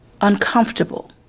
uncomfortable